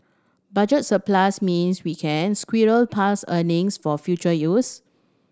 budget surplus means we can squirrel past earnings for future use